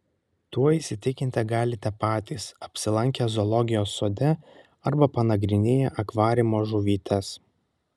tuo įsitikinti galite patys apsilankę zoologijos sode arba panagrinėję akvariumo žuvytes